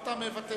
או שאתה מוותר?